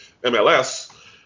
MLS